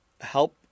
help